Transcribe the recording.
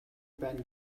байна